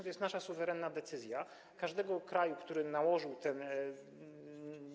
To jest nasza suwerenna decyzja, każdego kraju, który nałożył ten podatek.